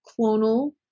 clonal